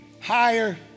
higher